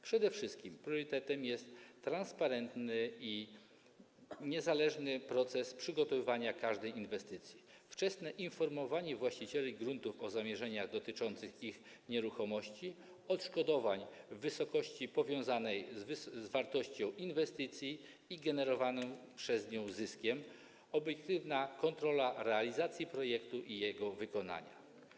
Przede wszystkim priorytetami są: transparentny i niezależny proces przygotowania każdej inwestycji, wczesne informowanie właścicieli gruntów o zamierzeniach dotyczących ich nieruchomości, odszkodowania w wysokości powiązanej z wartością inwestycji i generowanym przez nią zyskiem, obiektywna kontrola realizacji projektu i jego wykonania.